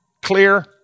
Clear